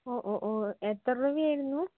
ഓ ഓ ഓ എത്ര രൂപയായിരുന്നു